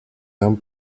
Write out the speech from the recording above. dan